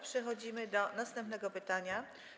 Przechodzimy do następnego pytania.